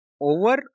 over